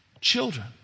children